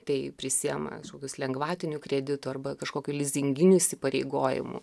tai prisiima kažkokius lengvatinių kreditų arba kažkokių lizinginių įsipareigojimų